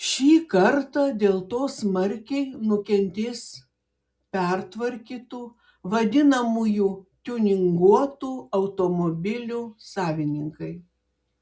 šį kartą dėl to smarkiai nukentės pertvarkytų vadinamųjų tiuninguotų automobilių savininkai